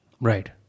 Right